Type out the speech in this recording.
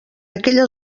aquella